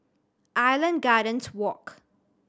Island Gardens Walk